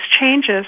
changes